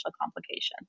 complications